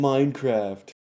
Minecraft